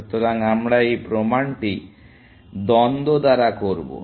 সুতরাং আমরা এই প্রমাণটি দ্বন্দ্ব দ্বারা করব